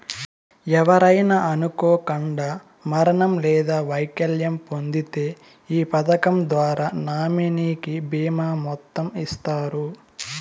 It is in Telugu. ఎవరైనా అనుకోకండా మరణం లేదా వైకల్యం పొందింతే ఈ పదకం ద్వారా నామినీకి బీమా మొత్తం ఇస్తారు